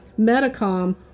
Medicom